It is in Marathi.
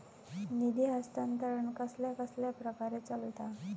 निधी हस्तांतरण कसल्या कसल्या प्रकारे चलता?